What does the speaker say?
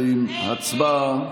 20. הצבעה.